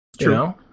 True